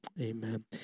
Amen